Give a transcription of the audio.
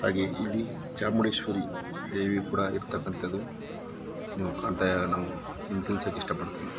ಹಾಗೆ ಇಲ್ಲಿ ಚಾಮುಂಡೇಶ್ವರಿ ದೇವಿಯೂ ಕೂಡ ಇರತಕ್ಕಂಥದ್ದು ನೀವು ಕಾಣ್ತಾ ನಾವು ನಿಮ್ಗೆ ತಿಳಿಸೋಕೆ ಇಷ್ಟಪಡ್ತೀನಿ